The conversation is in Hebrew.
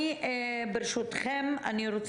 ברשותכם,